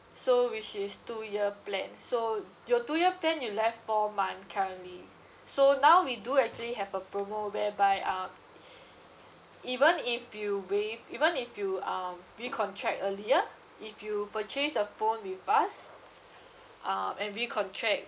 so which is two year plan so your two year plan you left four month currently so now we do actually have a promo whereby uh even if you waive even if you um recontract earlier if you purchase the phone with us um and recontract